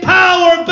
power